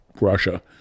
Russia